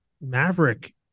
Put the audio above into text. maverick